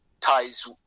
ties